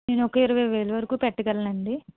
నేను ఒక ఇరవై వేలు వరకు పెట్టగలను అండి